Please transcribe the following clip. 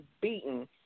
beaten